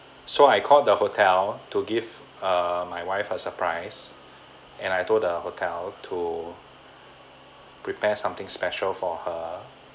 so I called the hotel to give err my wife a surprise and I told the hotel to prepare something special for her